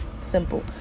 Simple